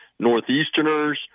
Northeasterners